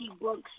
books